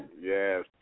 Yes